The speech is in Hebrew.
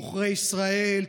עוכרי ישראל,